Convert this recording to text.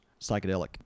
psychedelic